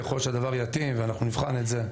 ככל שהדבר יתאים ואנחנו נבחן את זה,